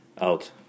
Out